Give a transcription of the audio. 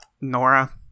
nora